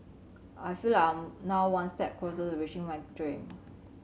I feel like I am now one step closer to reaching my dream